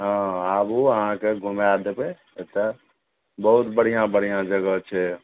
हँ आबू अहाँके घुमा देबै एतय बहुत बढ़िआँ बढ़िआँ जगह छै